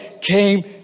came